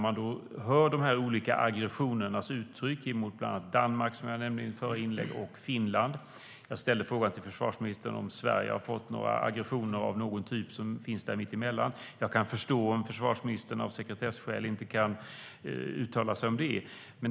Man hör att olika aggressioner uttrycks mot bland annat Danmark, som jag nämnde i mitt förra inlägg, och Finland. Jag frågade försvarsministern om några aggressioner har riktats mot Sverige, och jag kan förstå om försvarsministern av sekretesskäl inte kan uttala sig om det.